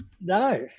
no